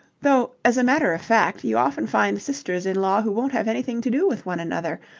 though, as a matter of fact, you often find sisters-in-law who won't have anything to do with one another.